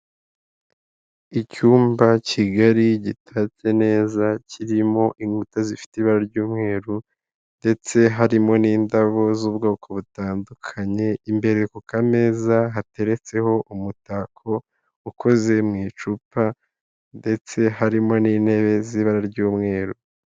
Icyumba kigari gitatse neza, kirimo inkuta zifite ibara ry'umweru ndetse harimo n'indabo z'ubwoko butandukanye, imbere ku kameza hateretseho umutako ukoze mu icupa ndetse harimo n'intebe z'ibara ry'umweru.